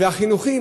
החינוכי,